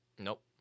Nope